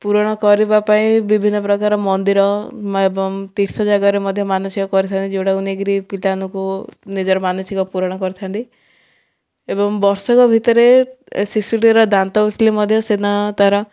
ପୂରଣ କରିବା ପାଇଁ ବିଭିନ୍ନ ପ୍ରକାର ମନ୍ଦିର ଏବଂ ତୀର୍ଥ ଜାଗାରେ ମଧ୍ୟ ମାନସିକ କରିଥାନ୍ତି ଯୋଉଟାକୁ ନେଇକିରି ପିଲାମାନଙ୍କୁ ନିଜର ମାନସିକ ପୂରଣ କରିଥାନ୍ତି ଏବଂ ବର୍ଷକ ଭିତରେ ଶିଶୁଟିର ଦାନ୍ତ ଉଠିଲେ ମଧ୍ୟ ସେଦିନ ତାର